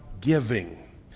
giving